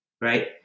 right